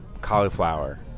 Cauliflower